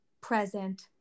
present